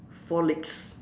four legs